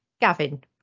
Gavin